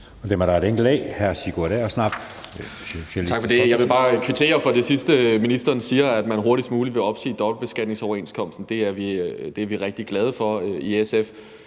Folkeparti. Kl. 12:42 Sigurd Agersnap (SF): Tak for det. Jeg vil bare kvittere for det sidste, ministeren siger, nemlig at man hurtigst muligt vil opsige dobbeltbeskatningsoverenskomsten. Det er vi rigtig glade for i SF.